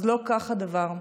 אז לא כך הדבר.